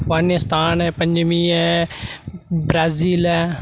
अफगानिस्तान पंजमी ऐ ब्राज़ील ऐ